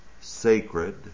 sacred